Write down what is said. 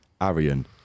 Arian